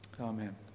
Amen